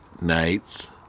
nights